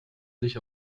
sich